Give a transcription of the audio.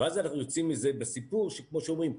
ואז אנחנו יוצאים מזה כמו שאומרים בסיפור,